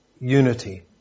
unity